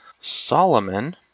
Solomon